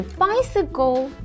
bicycle